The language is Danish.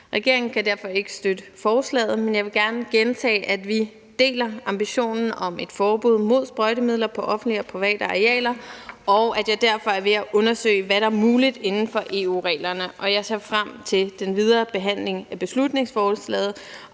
Regeringen kan derfor ikke støtte forslaget, men jeg vil gerne gentage, at vi deler ambitionen om et forbud mod sprøjtemidler på offentlige og private arealer, og at jeg derfor er ved at undersøge, hvad der er muligt inden for EU-reglerne. Jeg ser frem til den videre behandling af beslutningsforslaget